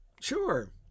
Sure